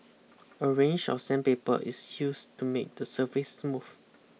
a range of sandpaper is used to make the surface smooth